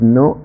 no